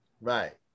Right